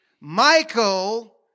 Michael